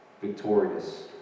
victorious